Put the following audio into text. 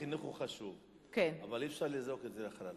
החינוך הוא חשוב אבל אי-אפשר לזרוק את זה לחלל.